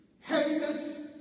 heaviness